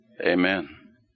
amen